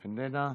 איננה.